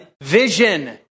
vision